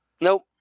Nope